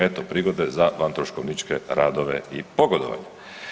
Eto prigode za vantroškovničke radove i pogodovanje.